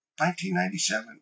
1997